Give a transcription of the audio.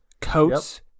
Coats